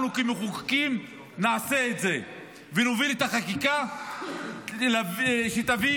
אנחנו כמחוקקים נעשה את זה ונוביל את החקיקה שתביא